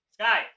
Sky